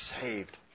saved